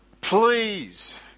please